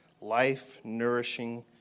life-nourishing